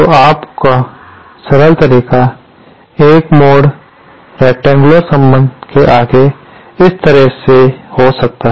तो आप का सरल तरीका 1 मोड़ रेकटेंगयुलर संबंध के आगे इस तरह से हो सकता है